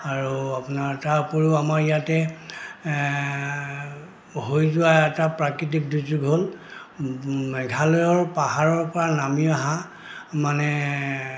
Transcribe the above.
আৰু আপোনাৰ তাৰ উপৰিও আমাৰ ইয়াতে হৈ যোৱা এটা প্ৰাকৃতিক দুৰ্যোগ হ'ল মেঘালয়ৰ পাহাৰৰ পৰা নামি অহা মানে